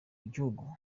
igihugu